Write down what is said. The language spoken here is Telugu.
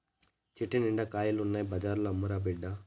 చెట్టు నిండా కాయలు ఉన్నాయి బజార్లో అమ్మురా బిడ్డా